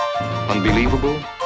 Unbelievable